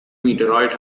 meteorite